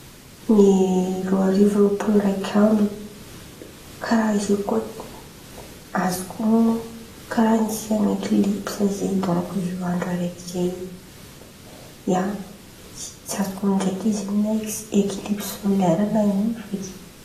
Ny roa arivo arivo rôpolo raiky amby, karàha zay koa azoko hon̈ono karàha nisy ekilipsy zay dônko io andra raiky zay, ia, fa tsy azoko on̈ono ndraiky izy in̈y na ekilipsy sôlaira ino feky.